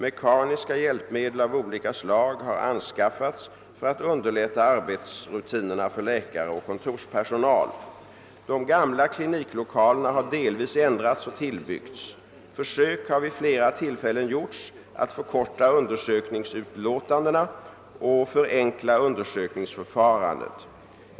Mekaniska hjälpmedel av olika slag har anskaffats för att underlätta arbetsrutinerna för läkare och kontorspersonal. De gamla kliniklokalerna har delvis ändrats och tillbyggts. Försök har vid flera tillfällen gjorts att förkorta undersökningsutlåtandena och förenkla undersökningsförfarandet.